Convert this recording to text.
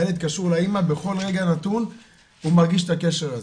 הילד קשור לאימא בכל רגע נתון הוא מרגיש את הקשר הזה.